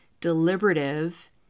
deliberative